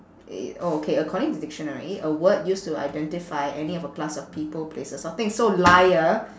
it okay according to dictionary a word used to identify any of a class of people places or thing so liar